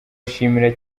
ashimira